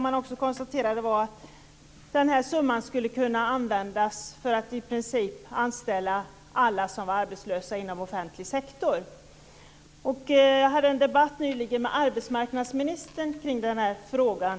Man konstaterade också att den summan skulle kunna användas för att i princip anställa alla som är arbetslösa inom offentlig sektor. Jag förde en debatt med arbetsmarknadsministern nyligen i den här frågan.